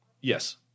yes